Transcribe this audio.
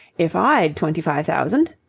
if i'd twenty-five thousand,